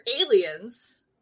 aliens